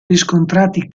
riscontrati